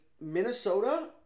Minnesota